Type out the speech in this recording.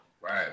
Right